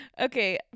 Okay